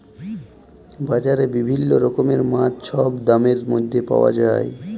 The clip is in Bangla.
বাজারে বিভিল্ল্য রকমের মাছ ছব দামের ম্যধে পাউয়া যায়